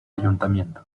ayuntamiento